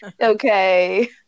okay